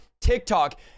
TikTok